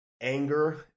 anger